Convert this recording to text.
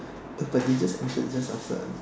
no but they just entered just after us